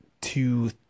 two